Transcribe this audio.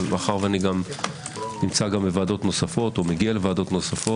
מאחר שאני גם בוועדות נוספות או מגיע אליהן,